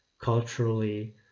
culturally